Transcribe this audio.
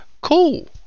Cool